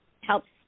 helps